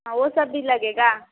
हाँ वह सब भी लगेगा